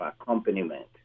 accompaniment